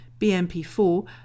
BMP4